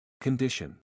Condition